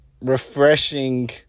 refreshing